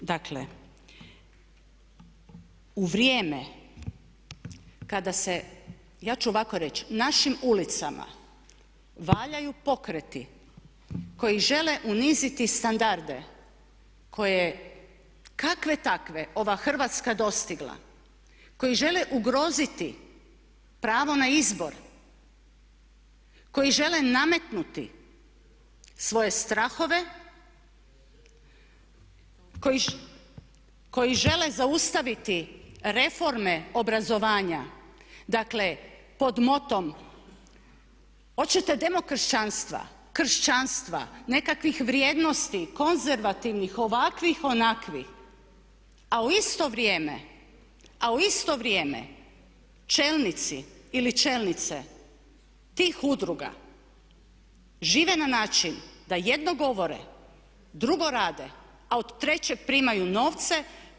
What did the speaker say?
Dakle, u vrijeme kada se ja ću ovako reći, našim ulicama valjaju pokreti koji žele uniziti standarde koje kakve takve ova Hrvatska dostigla, koji žele ugroziti pravo na izbor, koji žele nametnuti svoje strahove, koji žele zaustaviti reforme obrazovanja, dakle pod motom, hoćete demokršćanstva, kršćanstva, nekakvih vrijednosti, konzervativnih ovakvih, onakvih a u isto vrijeme, a u isto vrijeme čelnici ili čelnice tih udruga žive na način da jedno govore, drugo rade a od trećeg primaju novce.